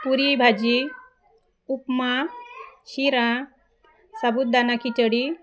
पुरी bhaji upma sheera sabudana खिचडी